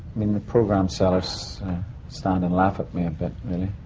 mean, the program sellers stand and laugh at me a bit, really.